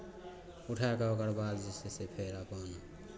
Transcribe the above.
उठाए कऽ ओकर बाद जे छै से फेर अपन